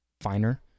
finer